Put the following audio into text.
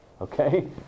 Okay